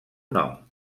nom